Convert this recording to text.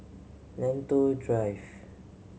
Lentor Drive